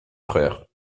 frères